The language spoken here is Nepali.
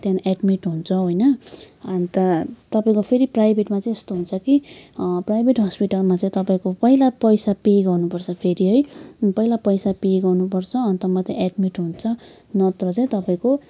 त्यहाँदेखि एड्मिट हुन्छौँ होइन अन्त तपाईँको फेरि प्राइभेटमा चाहिँ यस्तो हुन्छ कि प्राइभेट हस्पिटलमा चाहिँ तपाईँको पहिला पैसा पे गर्नुपर्छ फेरि है पहिला पैसा पे गर्नुपर्छ अन्त मात्रै एड्मिट हुन्छ नत्र चाहिँ तपाईँको